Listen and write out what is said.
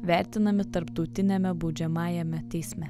vertinami tarptautiniame baudžiamajame teisme